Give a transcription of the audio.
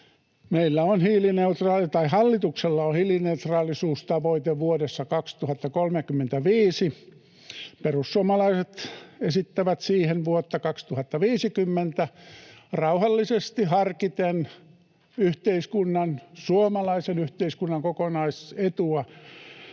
hallituksella on hiilineutraalisuustavoite vuodessa 2035. Perussuomalaiset esittävät siihen vuotta 2050 rauhallisesti harkiten yhteiskunnan, suomalaisen yhteiskunnan, kokonaisetua